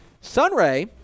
Sunray